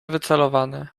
wycelowane